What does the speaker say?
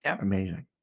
Amazing